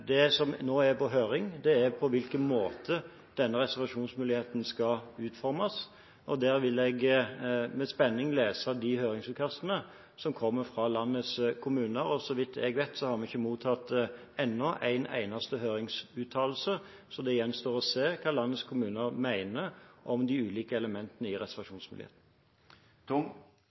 Det som nå er på høring, er på hvilken måte denne reservasjonsmuligheten skal utformes, og jeg vil med spenning lese høringsutkastene som kommer fra landets kommuner. Så vidt jeg vet har vi ennå ikke mottatt en eneste høringsuttalelse, så det gjenstår å se hva landets kommuner mener om de ulike elementene i